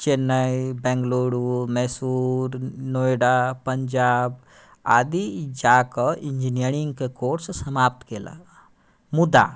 चेन्नइ बेंगलुरु मैसूर नोएडा पञ्जाब आदि जाकऽ इन्जिनियरिंग कऽ कोर्स समाप्त कयलक मुदा